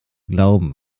glauben